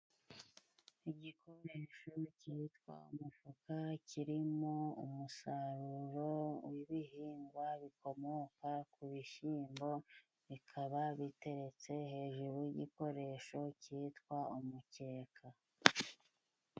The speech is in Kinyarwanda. Igikoresho cyitwa umufuka kirimo umusaruro w'ibihingwa bikomoka ku bishimbo. Bikaba biteretse hejuru y'igikoresho cyitwa umukeka.